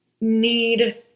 need